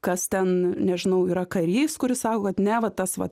kas ten nežinau yra karys kuris saugo kad ne va tas va